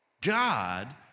God